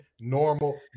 normal